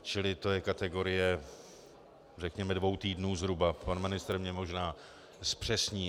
Čili to je kategorie, řekněme, dvou týdnů, zhruba, pan ministr mě možná zpřesní.